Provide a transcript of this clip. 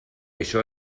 això